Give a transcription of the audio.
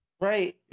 right